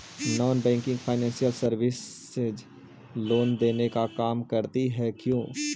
Non banking financial services loan देने का काम करती है क्यू?